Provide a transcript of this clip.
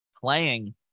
playing